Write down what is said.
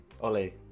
Oli